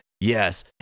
Yes